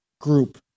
group